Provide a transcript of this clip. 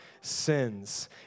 sins